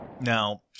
Now